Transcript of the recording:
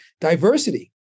diversity